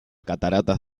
cataratas